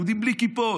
יהודים בלי כיפות,